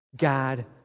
God